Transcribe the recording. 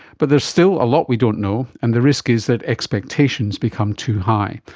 but there's still a lot we don't know and the risk is that expectations become too high.